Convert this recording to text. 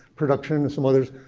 production and some others,